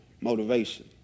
motivation